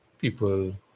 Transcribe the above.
people